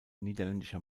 niederländischer